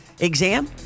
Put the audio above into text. exam